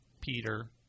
Peter